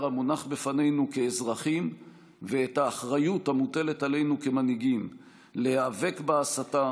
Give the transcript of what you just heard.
המונח בפנינו כאזרחים ואת האחריות המוטלת עלינו כמנהיגים להיאבק בהסתה